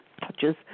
touches